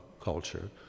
culture